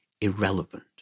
irrelevant